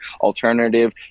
alternative